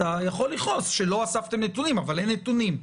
אתה יכול לכעוס שלא אספתם נתונים אבל אין נתונים,